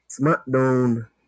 Smackdown